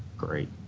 great.